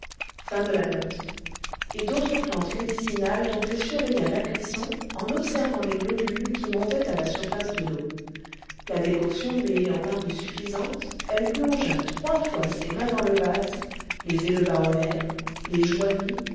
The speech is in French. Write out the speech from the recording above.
et d'autres plantes médicinales dont elle surveilla la cuisson en observant les globules qui montaient à la surface de l'eau la décoction lui ayant paru suffisante elle plongea trois fois ses mains dans le vase les éleva en l'air les joignit